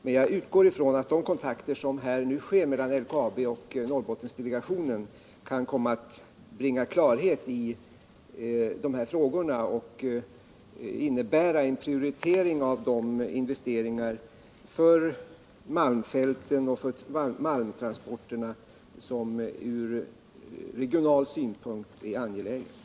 Men jag utgår från att de kontakter som nu sker mellan LKAB och Norrbottendelegationen kan komma att bringa klarhet i de här frågorna och att det kan innebära en prioritering av de investeringar för malmfälten och för malmtransporterna som ur regional synvinkel är angelägna.